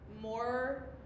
more